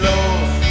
Lord